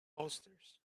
bolsters